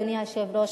אדוני היושב-ראש,